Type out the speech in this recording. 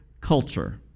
culture